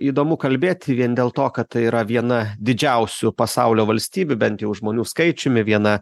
įdomu kalbėt vien dėl to kad tai yra viena didžiausių pasaulio valstybių bent jau žmonių skaičiumi viena